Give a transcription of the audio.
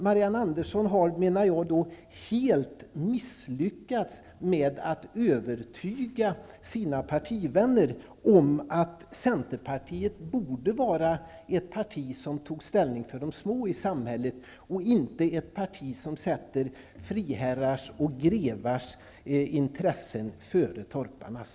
Marianne Andersson har därför, menar jag, helt misslyckats med att övertyga sina partivänner om att centerpartiet borde vara ett parti som tar ställning för de små i samhället och inte ett parti som sätter friherrars och grevars intressen före torparnas.